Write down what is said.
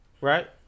right